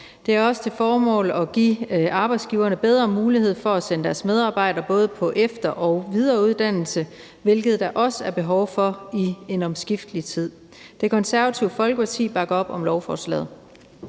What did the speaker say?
De har også til formål at give arbejdsgiverne bedre mulighed for at sende deres medarbejdere på både efter- og videreuddannelse, hvilket der også er behov for i en omskiftelig tid. Det Konservative Folkeparti bakker op om lovforslaget.